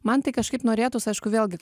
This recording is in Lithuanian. man tai kažkaip norėtųs aišku vėlgi